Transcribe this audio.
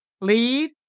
lead